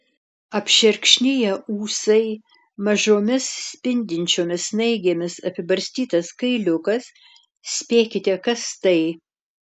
apšerkšniję ūsai mažomis spindinčiomis snaigėmis apibarstytas kailiukas spėkite kas tai